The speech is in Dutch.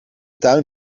tuin